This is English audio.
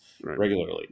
regularly